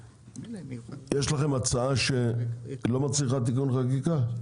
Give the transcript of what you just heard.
יש לכם הצעה שלא מצריכה תיקון חקיקה?